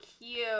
cute